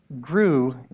grew